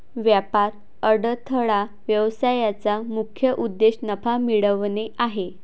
व्यापार अडथळा व्यवसायाचा मुख्य उद्देश नफा मिळवणे आहे